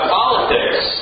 politics